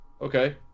Okay